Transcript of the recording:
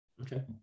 Okay